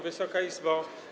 Wysoka Izbo!